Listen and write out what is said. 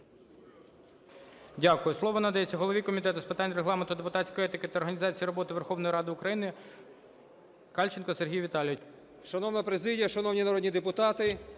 Дякую. Слово надається голові Комітету з питань Регламенту, депутатської етики та організації роботи Верховної Ради України Кальченко Сергію Віталійовичу. 14:26:45 КАЛЬЧЕНКО С.В. Шановна президія! Шановні народні депутати!